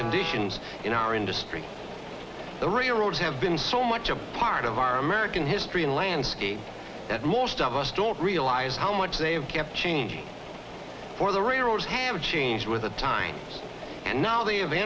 conditions in our industry the railroads have been so much a part of our american history and landscape that most of us don't realize how much they have kept changing for the railroads have changed with the times and now they have